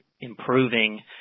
improving